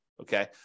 Okay